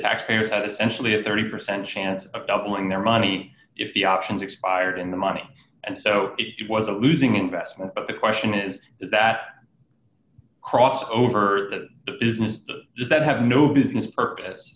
taxpayer had essentially a thirty percent chance of doubling their money if the options expired in the money and so it was a losing investment but the question is is that cross over to the business that have no business purpose